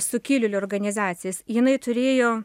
sukilėlių organizacijas jinai turėjo